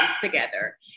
together